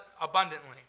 abundantly